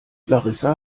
larissa